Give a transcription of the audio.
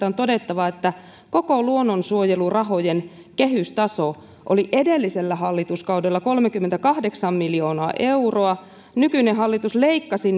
on todettava että koko luonnonsuojelurahojen kehystaso oli edellisellä hallituskaudella kolmekymmentäkahdeksan miljoonaa euroa nykyinen hallitus leikkasi